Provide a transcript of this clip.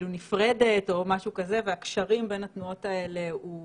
נפרדת או משהו כזה והקשרים בין התנועות האלה הם